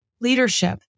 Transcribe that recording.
leadership